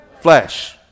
flesh